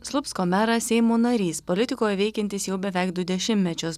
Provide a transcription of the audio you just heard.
slupsko meras seimo narys politikoje veikiantis jau beveik du dešimtmečius